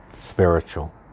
spiritual